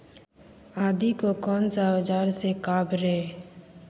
आदि को कौन सा औजार से काबरे?